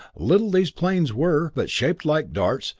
little these planes were, but shaped like darts,